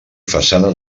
façana